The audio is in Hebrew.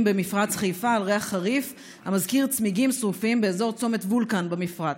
במפרץ חיפה על ריח חריף המזכיר צמיגים שרופים באזור צומת וולקן במפרץ.